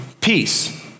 peace